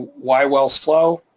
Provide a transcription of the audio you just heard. why wells flow,